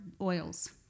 oils